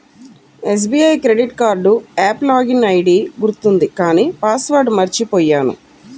SBI credit card app login ID గుర్తుంది కానీ password మర్చిపొయ్యాను